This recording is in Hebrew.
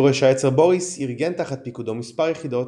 יורש העצר בוריס ארגן תחת פיקודו מספר יחידות,